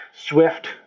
swift